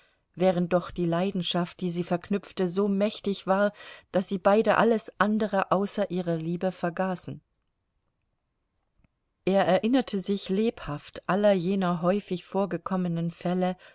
während doch die leidenschaft die sie verknüpfte so mächtig war daß sie beide alles andere außer ihrer liebe vergaßen er erinnerte sich lebhaft aller jener häufig vorgekommenen fälle